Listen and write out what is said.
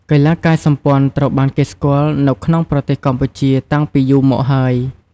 កីឡាកាយសម្ព័ន្ធត្រូវបានគេស្គាល់នៅក្នុងប្រទេសកម្ពុជាតាំងពីយូរមកហើយ។